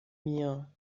mir